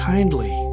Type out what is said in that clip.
kindly